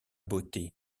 beauté